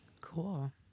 cool